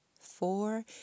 four